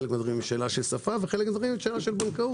חלק מן הדברים הם שאלה של שפה וחלק מן הדברים הם שאלה של בנקאות.